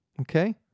Okay